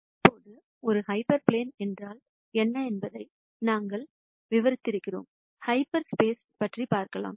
இப்போது ஒரு hyper plane என்றால் என்ன என்பதை நாங்கள் விவரித்திருக்கிறோம் ஹாப்ஸ்பேஸ் பற்றி பார்க்கலாம்